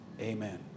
amen